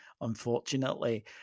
unfortunately